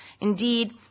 Indeed